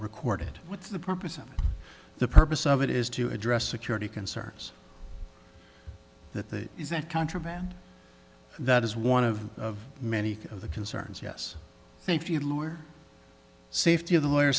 recorded what's the purpose of the purpose of it is to address security concerns that the is that contraband that is one of many of the concerns yes thank you lawyer safety of the lawyer